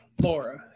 Laura